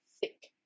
thick